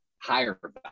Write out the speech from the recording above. higher